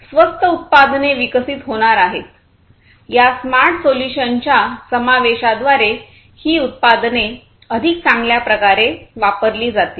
स्वस्त उत्पादने विकसित होणार आहेत या स्मार्ट सोल्युशन्सच्या समावेशा द्वारे ही उत्पादने अधिक चांगल्या प्रकारे वापरली जातील